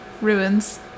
ruins